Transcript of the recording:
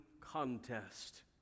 contest